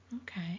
Okay